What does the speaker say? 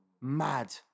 Mad